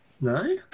No